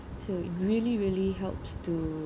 so it really really helps to